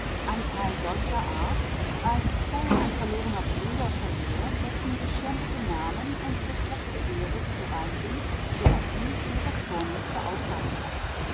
anteil solcher art als sei er ein verlorener bruder von ihr dessen geschändeten namen und befleckte ehre zu reinigen zu retten ihre vornehmste aufgabe sei